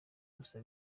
gusa